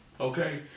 Okay